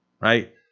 right